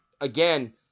again